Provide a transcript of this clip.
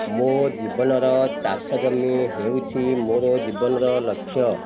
ମୋ ଜୀବନର ଚାଷ ଜମି ହେଉଛି ମୋର ଜୀବନର ଲକ୍ଷ୍ୟ